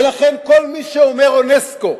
ולכן, כל מי שאומר אונסק"ו,